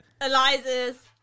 Eliza's